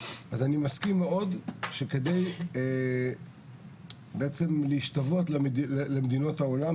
אני מסכים מאוד שכדי בעצם להשתוות למדינות העולם,